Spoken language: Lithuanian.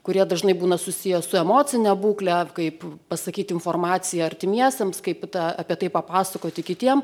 kurie dažnai būna susiję su emocine būkle kaip pasakyti informaciją artimiesiems kaip tą apie tai papasakoti kitiem